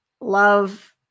love